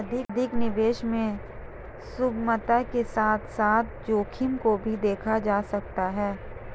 अधिक निवेश में सुगमता के साथ साथ जोखिम को भी देखा जा सकता है